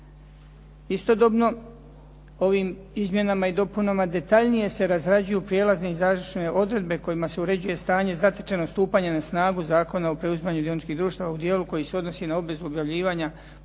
Istodobno ovim izmjenama i dopunama detaljnije se razrađuju prijelazne i završne odredbe kojima se uređuje stanje zatečenog stupanja na snagu Zakona o preuzimanja dioničkih društava u dijelu koji se odnosi na obvezu objavljivanja